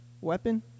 weapon